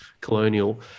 colonial